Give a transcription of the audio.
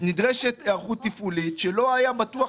נדרשת היערכות תפעולית שלא היה בטוח